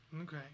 Okay